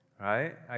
right